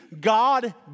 God